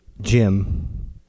Jim